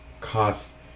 cost